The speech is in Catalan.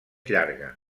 llarga